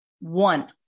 One